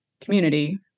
community